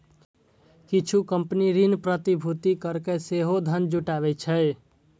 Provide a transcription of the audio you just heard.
किछु कंपनी ऋण प्रतिभूति कैरके सेहो धन जुटाबै छै